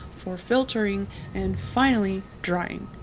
for filtering and finally drying.